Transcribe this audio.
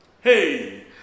Hey